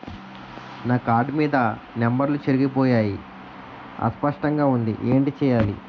నా కార్డ్ మీద నంబర్లు చెరిగిపోయాయి అస్పష్టంగా వుంది ఏంటి చేయాలి?